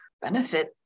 benefit